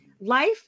life